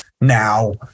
now